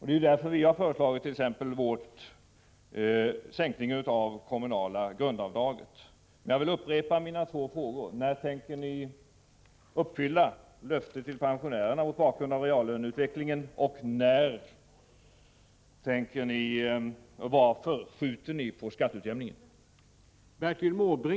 Det är därför vi har föreslagit t.ex. höjning av det kommunala grundavdraget. Slutligen vill jag upprepa mina två frågor: När tänker ni uppfylla löftet till pensionärerna mot bakgrund av reallöneutvecklingen? Och varför skjuter ni på skatteutjämningen?